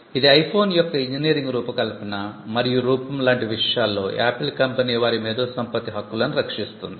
ఇది iPhone యొక్క engineering రూపకల్పన మరియు రూపం లాంటి విషయాల్లో యాపిల్ కంపెనీ వారి మేధో సంపత్తి హక్కులను రక్షిస్తుంది